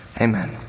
Amen